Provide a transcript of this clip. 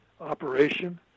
operation